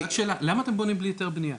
רק שאלה: למה אתם בונים בלי היתר בנייה?